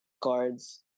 cards